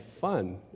fun